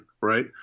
right